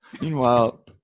Meanwhile